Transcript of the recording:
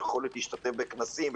יכולת להשתתף בכנסים,